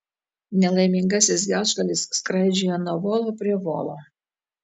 nelaimingasis gelžgalis skraidžioja nuo volo prie volo